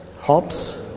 hops